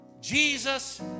Jesus